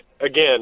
again